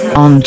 on